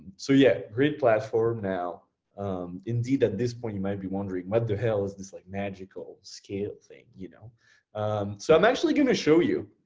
so yeah, great platform. indeed, at this point you might be wondering, what the hell is this like magical scale thing. you know so i'm actually gonna show you.